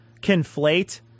conflate